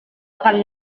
akan